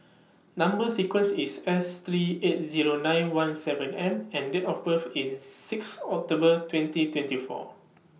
Number sequence IS S three eight Zero nine one seven M and Date of birth IS six October twenty twenty four